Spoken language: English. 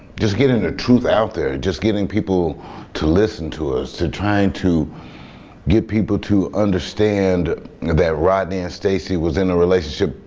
getting the truth out there just getting people to listen to us to try and to get people to understand that rodney and stacey was in a relationship.